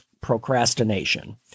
procrastination